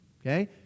Okay